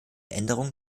änderung